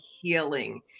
healing